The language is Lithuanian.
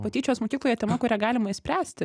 patyčios mokykloje tema kurią galima išspręsti